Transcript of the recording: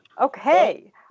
Okay